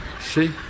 See